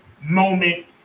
moment